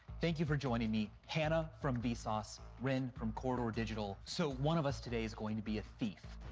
thank you for joining me. hannah from vsauce, wren from corridor digital. so, one of us today is going to be a thief.